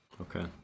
Okay